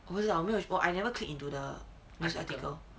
没有 I never click into the news article